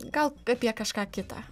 gal apie kažką kitą